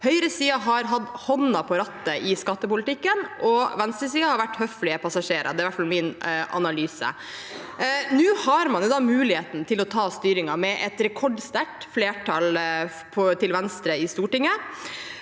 Høyresiden har hatt hånden på rattet i skattepolitikken, og venstresiden har vært høflige passasjerer. Det er i hvert fall min analyse. Nå har man muligheten til å ta styringen med et rekordsterkt flertall til venstre i Stortinget.